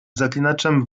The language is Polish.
zaklinaczem